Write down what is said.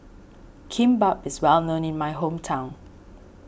Kimbap is well known in my hometown